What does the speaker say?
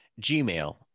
Gmail